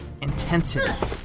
intensity